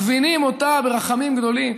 מכווינות אותה ברחמים גדולים,